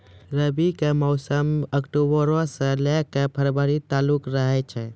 रबी के मौसम अक्टूबरो से लै के फरवरी तालुक रहै छै